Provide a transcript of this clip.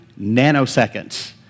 nanoseconds